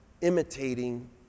imitating